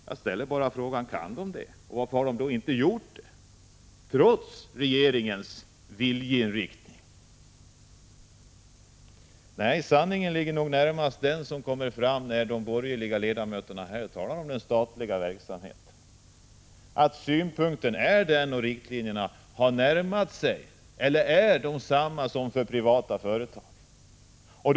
Jag frågar bara: Kan domänverket det? Varför har man i så fall inte gjort det? Regeringen sägs ju ha redovisat en viljeinriktning. Nej, sanningen är nog närmast att finna i vad som kommer fram när de borgerliga ledamöterna talar om den statliga verksamheten. Deras synpunkter går ut på att riktlinjerna för den verksamheten är desamma som riktlinjerna för de privata företagens verksamhet.